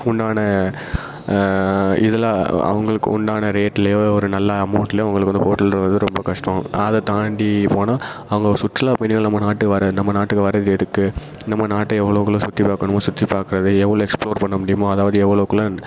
உண்டான இதெல்லாம் அவங்களுக்கு உண்டான ரேட்லையோ ஒரு நல்ல அமௌண்ட்லயே உங்களுக்கு வந்து ஹோட்டல்ன்றது வந்து ரொம்ப கஷ்டம் அதை தாண்டி போனால் அவங்க சுற்றுலாப் பயணிகள் நம்ம நாட்டு வர்ற நம்ம நாட்டுக்கு வர்றது எதுக்கு நம்ம நாட்டை எவ்வளவோக்கு எவ்வளோ சுற்றி பார்க்கணுமோ சுற்றி பார்க்கறது எவ்வளோ எக்ஸ்ப்ளோர் பண்ண முடியுமோ அதாவது எவ்ளோக்குள்ளே